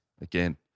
again